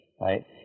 right